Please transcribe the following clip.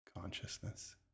consciousness